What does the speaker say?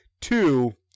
Two